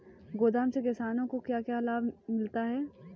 गोदाम से किसानों को क्या क्या लाभ मिलता है?